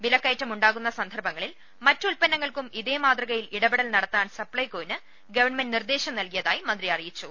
വിലക്കയറ്റം ഉണ്ടാകുന്ന സന്ദർഭങ്ങളിൽ മറ്റുൽപ്പന്നങ്ങൾക്കും ഇതേ മാതൃകയിൽ ഇടപ്പെടൽ നടത്താൻ സപ്ലൈകോവിന് ഗവൺമെന്റ് നിർദ്ദേശം നൽകിയതായി മന്ത്രി അറിയിച്ചു